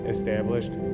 Established